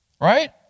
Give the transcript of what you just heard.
Right